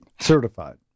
Certified